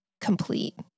complete